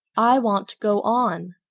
i want to go on.